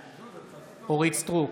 בעד אורית מלכה סטרוק,